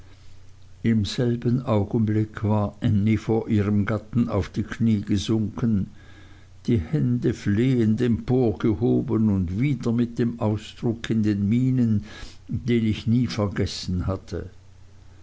im selben augenblick war ännie vor ihrem gatten auf die kniee gesunken die hände flehend emporgehoben und wieder mit dem ausdruck in den mienen den ich nie vergessen hatte